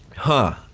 huh,